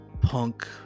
Punk